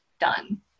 done